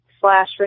slash